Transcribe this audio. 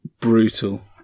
Brutal